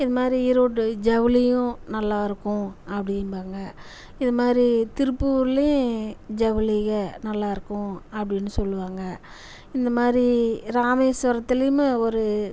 இதுமாதிரி ஈரோடு ஜவுளியும் நல்லா இருக்கும் அப்படின்பாங்க இதுமாதிரி திருப்பூர்லேயும் ஜவுளிகள் நல்லா இருக்கும் அப்படின்னு சொல்லுவாங்க இந்த மாதிரி ராமேஸ்வரத்திலிமே ஒரு